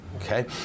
Okay